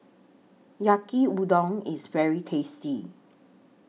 Yaki Udon IS very tasty